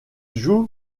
joue